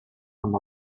amb